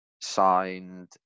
Signed